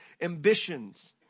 ambitions